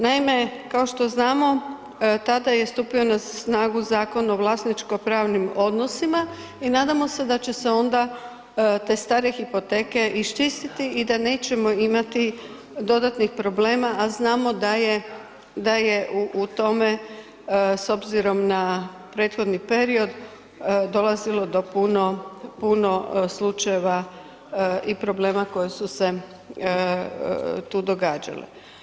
Naime kao što znamo, tada je stupio na snagu Zakon o vlasničko-pravnim odnosima i nadamo se da će se onda te stare hipoteke iščistiti i da nećemo imati dodatnih problema a znamo da je u tome s obzirom na prethodni period, dolazilo do puno slučajeva i problema koji su se tu događali.